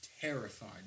Terrified